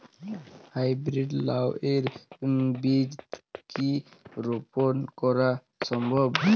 High breed লাও এর বীজ কি রোপন করা সম্ভব?